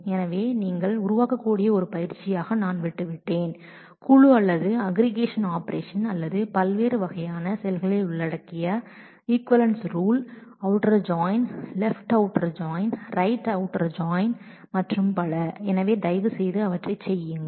எனவே நீங்கள் உருவாக்கக்கூடிய ஒரு பயிற்சியாக நான் விட்டுவிட்டேன் குழு அல்லது அக்ரிகேஷன் ஆபரேஷன் அல்லது பல்வேறு வகையான செயல்களை உள்ளடக்கிய equivalence rules outer join left outer join right outer join மற்றும் பல எனவே தயவுசெய்து அவற்றைச் செய்யுங்கள்